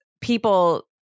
people